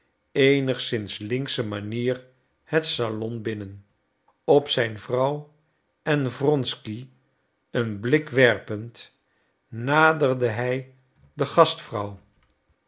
eenigszins linksche manier het salon binnen op zijn vrouw en wronsky een blik werpend naderde hij de gastvrouw